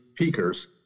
peakers